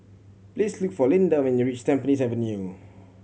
please look for Lynda when you reach Tampines Avenue